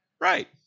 Right